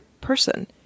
person